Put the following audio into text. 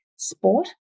sport